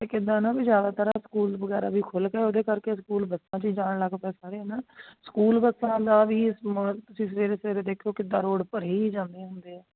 ਅਤੇ ਇੱਕ ਇੱਦਾਂ ਨਾ ਵੀ ਜ਼ਿਆਦਾਤਰ ਸਕੂਲ ਵਗੈਰਾ ਵੀ ਖੁੱਲ੍ਹ ਗਏ ਉਹਦੇ ਕਰਕੇ ਸਕੂਲ ਬੱਸਾਂ 'ਚ ਹੀ ਜਾਣ ਲੱਗ ਪਏ ਸਾਰੇ ਹੈ ਨਾ ਸਕੂਲ ਬੱਸਾਂ ਦਾ ਵੀ ਮਾਹੌਲ ਤੁਸੀਂ ਸਵੇਰੇ ਸਵੇਰੇ ਦੇਖਿਓ ਕਿੱਦਾਂ ਰੋਡ ਭਰੇ ਹੀ ਜਾਂਦੇ ਹੁੰਦੇ ਹੈ